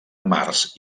març